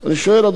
מה קורה פה?